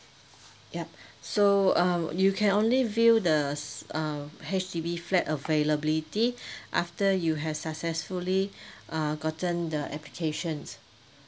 yup so um you can only view the uh H_D_B flat availability after you have successfully uh gotten the application